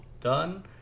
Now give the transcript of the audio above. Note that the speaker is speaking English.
done